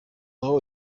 aho